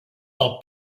pel